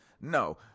no